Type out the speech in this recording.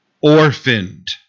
orphaned